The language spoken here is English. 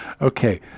Okay